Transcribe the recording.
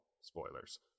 spoilers